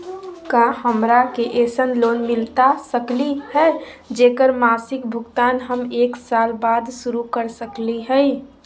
का हमरा के ऐसन लोन मिलता सकली है, जेकर मासिक भुगतान हम एक साल बाद शुरू कर सकली हई?